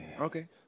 Okay